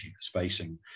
spacing